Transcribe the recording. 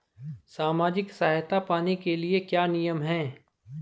सामाजिक सहायता पाने के लिए क्या नियम हैं?